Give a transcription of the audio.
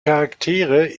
charaktere